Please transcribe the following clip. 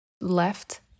left